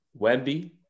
Wemby